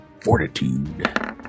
Fortitude